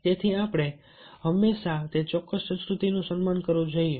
તેથી આપણે હંમેશા તે ચોક્કસ સંસ્કૃતિનું સન્માન કરવું જોઈએ